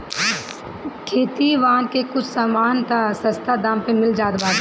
खेती बारी के कुछ सामान तअ सस्ता दाम पे मिल जात बाटे